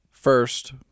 First